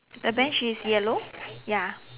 the bench is yellow ya